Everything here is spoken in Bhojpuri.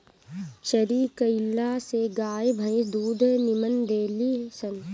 चरी कईला से गाई भंईस दूध निमन देली सन